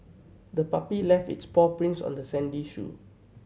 the puppy left its paw prints on the sandy shoe